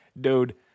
dude